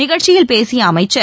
நிகழ்ச்சியில் பேசிய அமைச்சர்